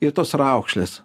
ir tos raukšlės